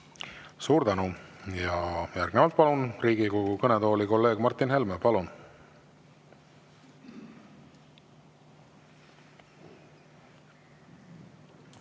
Suur tänu! Ja järgnevalt palun Riigikogu kõnetooli kolleeg Martin Helme. Palun!